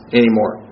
anymore